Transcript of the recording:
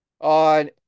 On